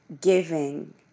giving